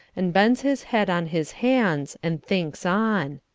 and bends his head on his hands and thinks on.